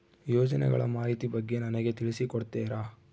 ಯೋಜನೆಗಳ ಮಾಹಿತಿ ಬಗ್ಗೆ ನನಗೆ ತಿಳಿಸಿ ಕೊಡ್ತೇರಾ?